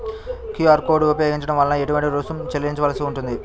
QR code ఉపయోగించటం వలన ఏటువంటి రుసుం చెల్లించవలసి ఉంటుంది?